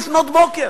ב-02:00, לפנות בוקר,